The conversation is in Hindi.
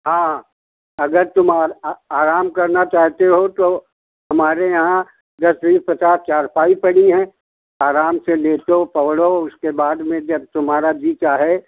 हाँ अगर तुम आर आराम करना चाहते हो तो हमारे यहाँ दस बीस पचास चारपाई पड़ी हैं आराम से लेटो पौडो उसके बाद में जब तुम्हारा जी चाहे